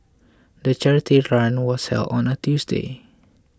the charity run was held on a Tuesday